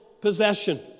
possession